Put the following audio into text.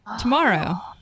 tomorrow